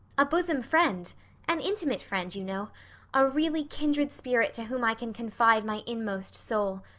a bosom friend an intimate friend, you know a really kindred spirit to whom i can confide my inmost soul.